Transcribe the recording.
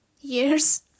years